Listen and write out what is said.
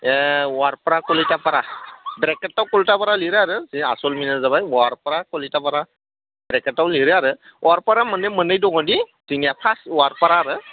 ए वारफारा कलिटाफारा ब्रेखेटआव कलिटाफारा लिरो आरो बिनि आसोल मिनिंआ जाबाय वारफारा कलिटाफारा ब्रेखेटआव लिरो आरो वारफारा माने मोननै दङदि जोंनिया फार्स्ट वारफारा आरो